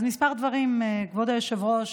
אז כמה דברים, כבוד היושב-ראש: